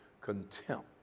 contempt